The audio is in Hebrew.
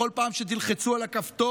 בכל פעם שתלחצו על הכפתור,